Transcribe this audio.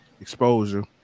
exposure